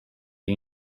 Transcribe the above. the